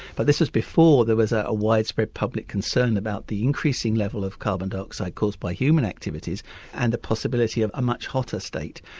but this was before there was a a widespread public concern about the increasing level of carbon dioxide caused by human activities and the possibility of a much hotter state.